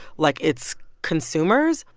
like, its consumers.